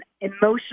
emotional